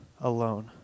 alone